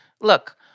Look